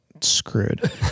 screwed